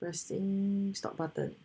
first thing stop button